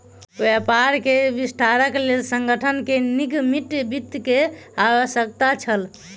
व्यापार के विस्तारक लेल संगठन के निगमित वित्त के आवश्यकता छल